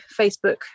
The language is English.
Facebook